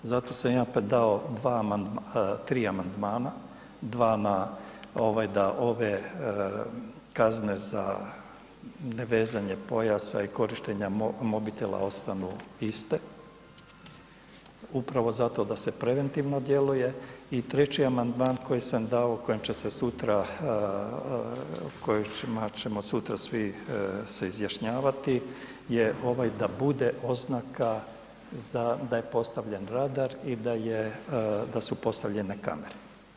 Zato sam ja predao tri amandmana, dva na ovaj da ove kazne za nevezanje pojasa i korištenja mobitela ostanu iste upravo zato da se preventivno djeluje i treći amandman koji sam dao, o kojem će se sutra, o kojem ćemo sutra svi se izjašnjavati je ovaj da bude oznaka da je postavljen radar i da su postavljene kamere.